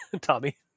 Tommy